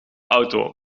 auto